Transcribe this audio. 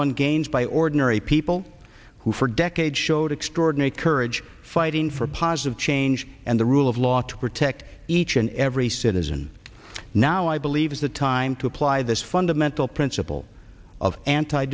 won gains by ordinary people who for decades showed extraordinary courage fighting for positive change and the rule of law to protect each and every citizen now i believe is the time to apply this fundamental principle of anti